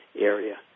area